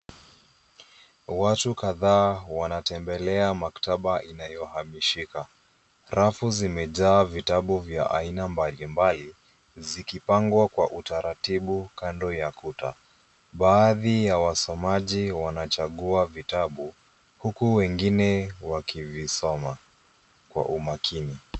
Watu kadhaa wanatembelea maktaba inayohamishika. Rafu zimejaa vitabu vya aina mbali mbali, zikipangwa kwa utaratibu kando ya kuta. Baadhi ya wasomaji wanachagua vitabu, huku wengine wakivisoma kwa umakini.